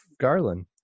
Garland